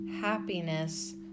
happiness